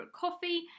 coffee